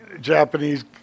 Japanese